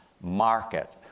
Market